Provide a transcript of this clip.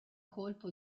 colpo